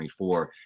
2024